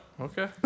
okay